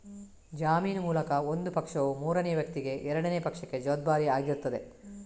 ಜಾಮೀನು ಮೂಲಕ ಒಂದು ಪಕ್ಷವು ಮೂರನೇ ವ್ಯಕ್ತಿಗೆ ಎರಡನೇ ಪಕ್ಷಕ್ಕೆ ಜವಾಬ್ದಾರಿ ಆಗಿರ್ತದೆ